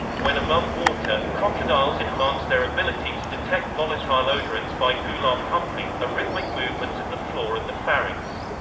when above water, crocodiles enhance their ability to detect volatile odorants by gular pumping, a rhythmic movement of the floor of the pharynx.